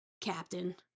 captain